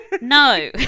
no